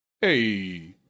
Hey